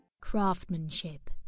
Craftsmanship